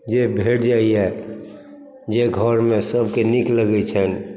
जे भेट जाइए जे घरमे सभके नीक लगै छनि